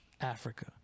Africa